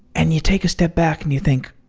and you take a step back and you think,